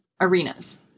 Arenas